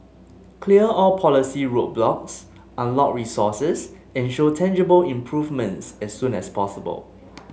clear all policy roadblocks unlock resources and show tangible improvements as soon as possible